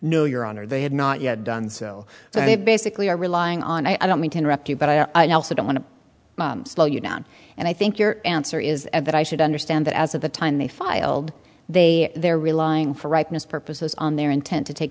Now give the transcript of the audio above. no your honor they have not yet done so so they basically are relying on i don't mean to interrupt you but i also don't want to slow you down and i think your answer is that i should understand that as of the time they filed they they're relying for rightness purposes on their intent to take